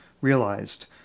realized